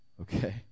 Okay